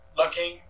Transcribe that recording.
Looking